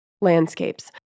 landscapes